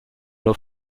nur